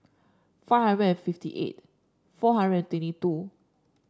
five hundred and fifty eight four hundred and twenty two